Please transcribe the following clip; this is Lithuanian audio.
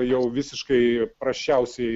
jau visiškai prasčiausiai